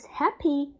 happy